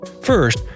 First